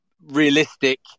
realistic